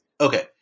Okay